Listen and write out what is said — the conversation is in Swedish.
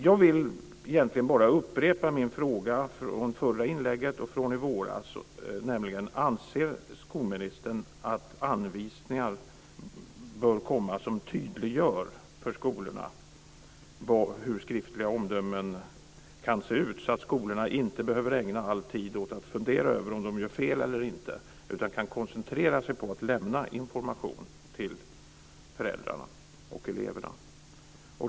Jag vill egentligen bara upprepa min fråga från förra inlägget och från i våras, nämligen: Anser skolministern att anvisningar bör komma som tydliggör för skolorna hur skriftliga omdömen kan se ut så att skolorna inte behöver ägna all tid åt att fundera över om de gör fel eller inte utan kan koncentrera sig på att lämna information till föräldrarna och eleverna?